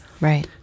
Right